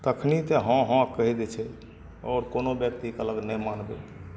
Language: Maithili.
तखन तऽ हँ हँ कहि देतै आओर कोनो ब्यक्ति कहलक नहि मानबै